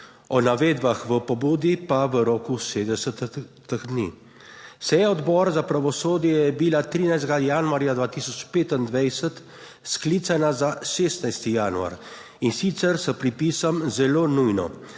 o navedbah v pobudi pa v roku 70 dni. Seja Odbora za pravosodje je bila 13. januarja 2025, sklicana za 16. januar in sicer s pripisom: zelo nujno,